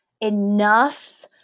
enough